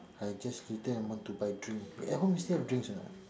I just later I want to buy drink eh at home still have drinks or not